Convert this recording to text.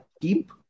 keep